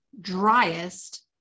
driest